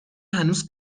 هنوز